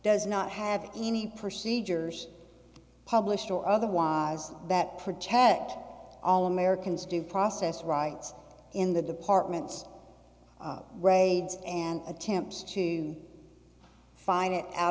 does not have any procedures publish or otherwise that protect all americans due process rights in the departments raids and attempts to find it out